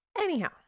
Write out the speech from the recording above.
Anyhow